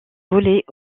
volées